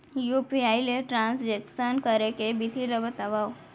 UPI ले transaction करे के विधि ला बतावव?